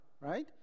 right